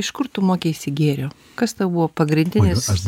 iš kur tu mokeisi gėrio kas tau buvo pagrindinis